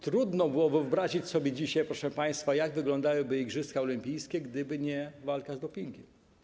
Trudno byłoby wyobrazić sobie dzisiaj, proszę państwa, jak wyglądałyby igrzyska olimpijskie, gdyby nie walka z dopingiem.